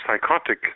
psychotic